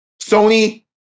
Sony